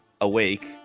awake